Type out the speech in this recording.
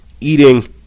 eating